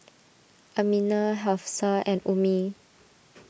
Aminah Hafsa and Ummi